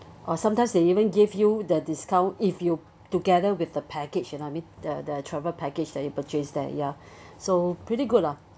or sometimes they even give you the discount if you together with the package and I mean the the travel package that you purchase there ya so pretty good lah